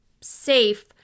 safe